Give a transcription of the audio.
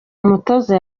umutoza